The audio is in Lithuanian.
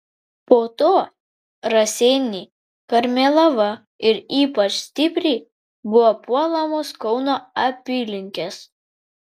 po to raseiniai karmėlava ir ypač stipriai buvo puolamos kauno apylinkės